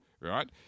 Right